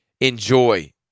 enjoy